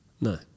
No